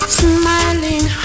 smiling